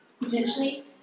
potentially